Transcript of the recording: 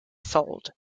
sold